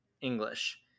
English